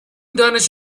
دانش